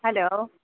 hello